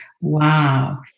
Wow